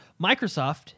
Microsoft